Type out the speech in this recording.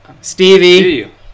Stevie